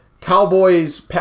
Cowboys